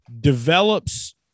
develops